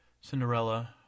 Cinderella